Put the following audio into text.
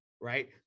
right